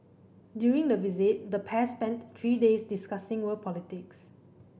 during the visit the pair spent three days discussing world politics